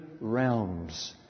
realms